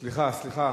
סליחה, סליחה,